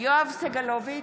יואב סגלוביץ'